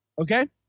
Okay